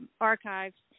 archives